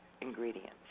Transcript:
ingredients